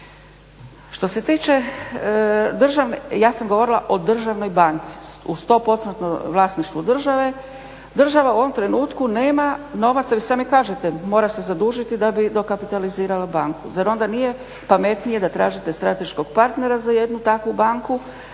HBOR-a, nije dobro. Ja sam govorila o državnoj banci u 100%-nom vlasništvu države. Država u ovom trenutku nema novaca, vi sami kažete mora se zadužiti da bi dokapitalizirala banku. Zar onda nije pametnije da tražite strateškog partnera za jednu takvu banku